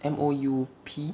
M O U P